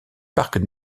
parcs